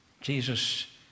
Jesus